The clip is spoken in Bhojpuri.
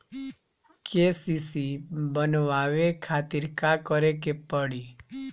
के.सी.सी बनवावे खातिर का करे के पड़ी?